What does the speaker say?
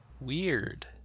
Weird